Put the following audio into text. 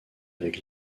avec